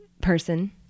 person